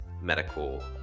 medical